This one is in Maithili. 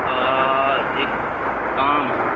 आ एक काम है